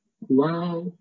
wow